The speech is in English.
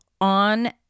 on